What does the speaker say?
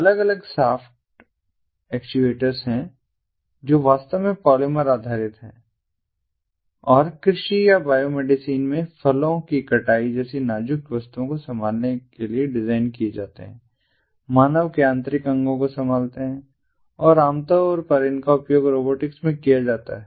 अलग अलग soft actuators हैं जो वास्तव में पॉलिमर आधारित हैं और कृषि या बायोमेडिसिन में फलों की कटाई जैसी नाजुक वस्तुओं को संभालने के लिए डिज़ाइन किए जाते हैं मानव के आंतरिक अंगों को संभालते हैं और आमतौर पर इनका उपयोग रोबोटिक्स में किया जाता है